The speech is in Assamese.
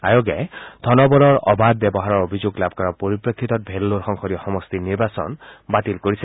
আয়োগে ধনবলৰ অবাধ ব্যৱহাৰৰ অভিযোগ লাভ কৰাৰ পৰিপ্ৰেক্ষিতত ভেল্লোৰ সংসদীয় সমষ্টিৰ নিৰ্বাচন বাতিল কৰিছে